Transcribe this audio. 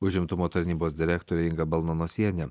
užimtumo tarnybos direktorė inga balnanosienė